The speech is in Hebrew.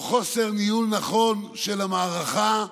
או חוסר ניהול נכון של המערכה,